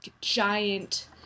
giant